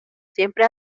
siempre